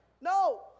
No